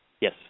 Yes